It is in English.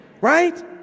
right